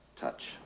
touch